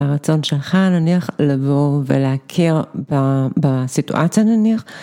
הרצון שלך נניח לבוא ולהכיר בסיטואציה נניח.